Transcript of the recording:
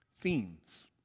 Themes